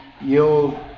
yield